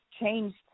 changed